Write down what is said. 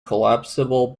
collapsible